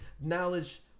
knowledge